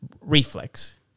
reflex